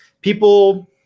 people